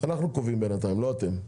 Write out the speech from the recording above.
אנחנו קובעים בינתיים, לא אתם.